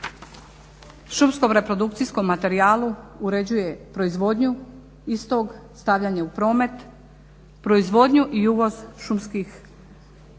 šumskom reprodukcijom materijalu uređuje proizvodnju istog, stavljanje u promet, proizvodnju i uvoz šumskih biljki,